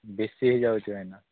ବେଶୀ ହୋଇ ଯାଉଛି ଭାଇନା